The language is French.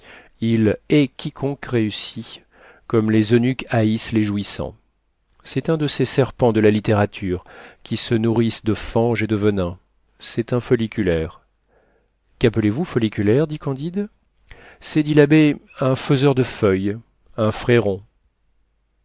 il hait quiconque réussit comme les eunuques haïssent les jouissants c'est un de ces serpents de la littérature qui se nourrissent de fange et de venin c'est un folliculaire qu'appelez-vous folliculaire dit candide c'est dit l'abbé un feseur de feuilles un fréron